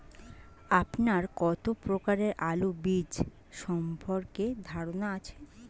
আপনার কত প্রকারের আলু বীজ সম্পর্কে ধারনা আছে?